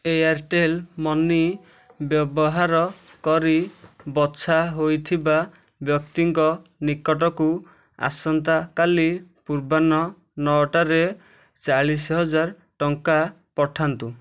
Airtel Money ବ୍ୟବହାର କରି ବଛା ହୋଇଥିବା ବ୍ୟକ୍ତିଙ୍କ ନିକଟକୁ ଆସନ୍ତାକାଲି ପୂର୍ବାହ୍ନ ନଅଟାରେ ଚାଳିଶିହଜାର ଟଙ୍କା ପଠାନ୍ତୁ